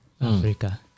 Africa